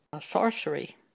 sorcery